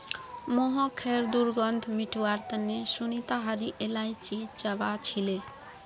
मुँहखैर दुर्गंध मिटवार तने सुनीता हरी इलायची चबा छीले